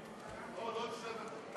עוד שתי דקות.